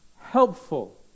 helpful